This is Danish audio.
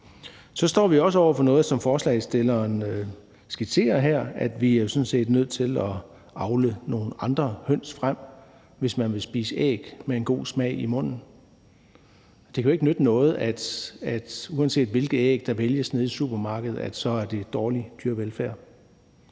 Så står vi også over for noget andet, som forslagsstillerne skitserer her, nemlig at vi sådan set er nødt til at avle nogle andre høns frem, hvis vi vil spise æg med en god smag i munden. Det kan jo ikke nytte noget, at det, uanset hvilke æg der vælges nede i supermarkedet, bygger på dårlig dyrevelfærd.